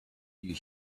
you